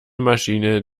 maschine